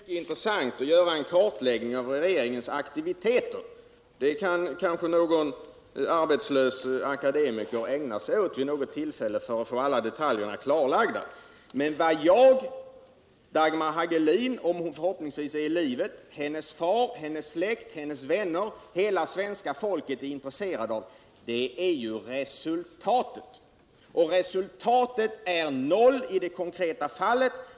Herr talman! Det är i och för sig mycket intressant att göra en kartläggning av regeringens aktiviteter. Det kan kanske någon arbetslös akademiker vid något tillfälle göra för att få alla detaljerna klarlagda. Men vad jag, Dagmar Hagelin själv om hon är i livet, vilket hon förhoppningsvis är, hennes far, hennes släkt och vänner, hela svenska folket har intresse av är resultatet. Och resultatet är noll i det här konkreta fallet.